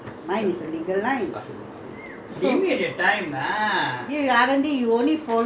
ya lah R&D okay அதே மாதிரி:athae maathiri I got my work in my office mine is the legal line